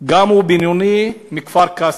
גם הוא נפצע בינוני, מכפר-קאסם.